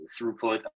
throughput